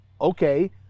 Okay